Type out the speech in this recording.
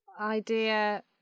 idea